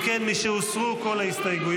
אם כן, משהוסרו כל ההסתייגויות,